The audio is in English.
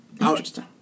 Interesting